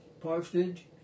parsonage